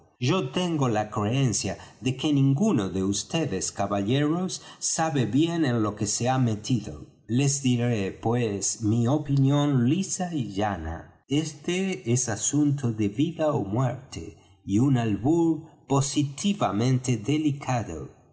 yo tengo la creencia de que ninguno de vds caballeros sabe bien en lo que se ha metido les diré pues mí opinión lisa y llana este es asunto de vida ó muerte y un albur positivamente delicado